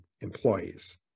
employees